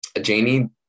Janie